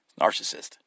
Narcissist